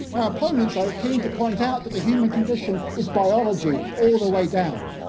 our opponents are keen to point out that the human condition is biology all the way down.